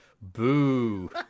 Boo